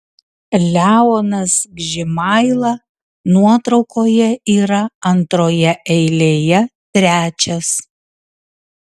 leonas gžimaila nuotraukoje yra antroje eilėje trečias